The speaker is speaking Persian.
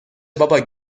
بابا